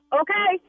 okay